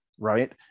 right